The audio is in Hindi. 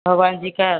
भगवान जी का